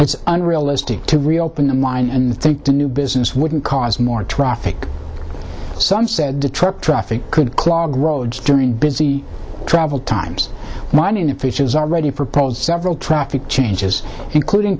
it's unrealistic to reopen the mine and think the new business wouldn't cause more traffic some said the truck traffic could clogged roads during busy travel times winding officials already proposed several traffic changes including